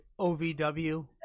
OVW